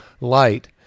light